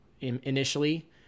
initially